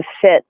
fit